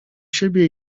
siebie